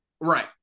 Right